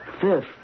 fifth